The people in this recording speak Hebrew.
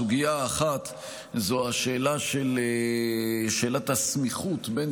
הסוגיה האחת זו השאלה של הסמיכות בין